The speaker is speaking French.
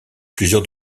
plusieurs